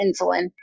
insulin